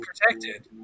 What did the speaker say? protected